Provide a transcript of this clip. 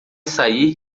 sair